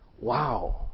wow